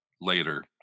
later